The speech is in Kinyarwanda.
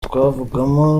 twavugamo